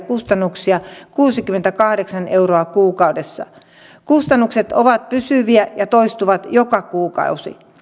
kustannuksia kuusikymmentäkahdeksan euroa kuukaudessa kustannukset ovat pysyviä ja toistuvat joka kuukausi